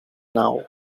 now